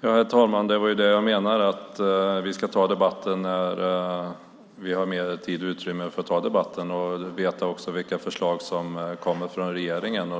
Herr talman! Det var det jag menade, att vi ska ta debatten när vi har mer tid och utrymme för det och också vet vilka förslag som kommer från regeringen.